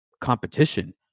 competition